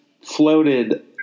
floated –